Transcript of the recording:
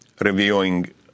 reviewing